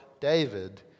David